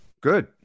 Good